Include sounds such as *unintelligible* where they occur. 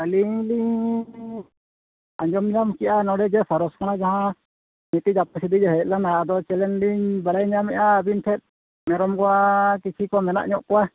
ᱟᱹᱞᱤᱧ ᱞᱤᱧ ᱟᱸᱡᱚᱢ ᱧᱟᱢ ᱠᱮᱜᱼᱟ ᱱᱚᱰᱮ ᱡᱮ *unintelligible* ᱠᱷᱚᱱ ᱡᱟᱦᱟᱸ ᱢᱤᱫᱴᱤᱡ ᱟᱯᱮ ᱥᱮᱫ ᱦᱮᱡ ᱞᱮᱱᱟ ᱟᱫᱚ ᱪᱮᱞᱮᱧᱞᱤᱧ ᱵᱟᱰᱟᱭ ᱧᱟᱢᱮᱜᱼᱟ ᱟᱹᱵᱤᱱ ᱴᱷᱮᱡ ᱢᱮᱨᱚᱢ ᱱᱚᱣᱟ ᱠᱤᱪᱷᱩ ᱠᱚ ᱢᱮᱱᱟᱜ ᱧᱚᱜ ᱠᱚᱣᱟ